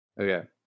Okay